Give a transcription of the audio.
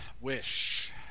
Wish